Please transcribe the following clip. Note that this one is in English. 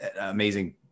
amazing